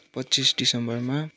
पच्चिस डिसम्बरमा